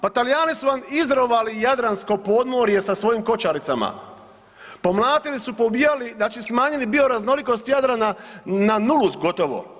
Pa Talijani su vam izrovali jadransko podmorje sa svojim koćaricama, pomlatili su i poubijali znači smanjili bio raznolikost Jadrana na nulu gotovo.